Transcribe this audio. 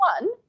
One